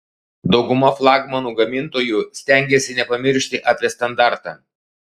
dauguma flagmanų gamintojų stengiasi nepamiršti apie standartą